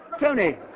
Tony